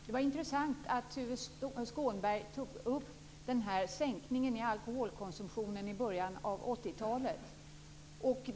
Herr talman! Det var intressant att Tuve Skånberg tog upp sänkningen av alkoholkonsumtionen i början av 80-talet.